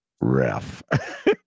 ref